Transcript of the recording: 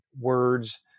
words